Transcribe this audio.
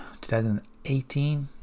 2018